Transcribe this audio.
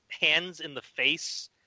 hands-in-the-face